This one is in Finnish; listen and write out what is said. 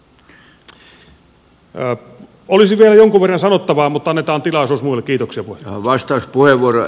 olisi vielä jonkun verran sanottavaa mutta annetaan tilaisuus muille